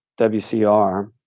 WCR